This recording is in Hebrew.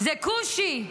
זה כושי.